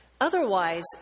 Otherwise